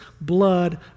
blood